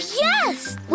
yes